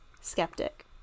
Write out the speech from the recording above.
skeptic